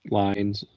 lines